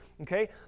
okay